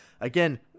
again